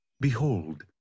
Behold